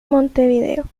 montevideo